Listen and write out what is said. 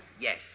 Yes